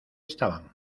estaban